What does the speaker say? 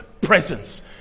presence